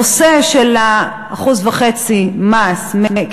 הנושא של 1.5% מס, נא לסיים.